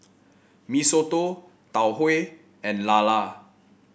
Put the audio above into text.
Mee Soto Tau Huay and lala